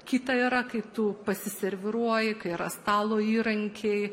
kita yra kai tu pasiserviruoji kai yra stalo įrankiai